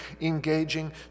engaging